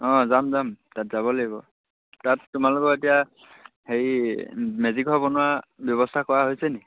অঁ যাম যাম তাত যাব লাগিব তাত তোমালোকৰ এতিয়া হেৰি মেজিঘৰ বনোৱা ব্যৱস্থা কৰা হৈছে নেকি